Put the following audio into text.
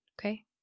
Okay